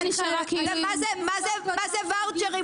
העזרה נשארה --- מה זה ואוצ'רים?